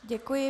Děkuji.